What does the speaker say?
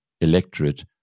electorate